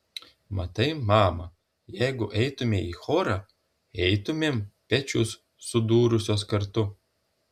matai mama jeigu eitumei į chorą eitumėm pečius sudūrusios kartu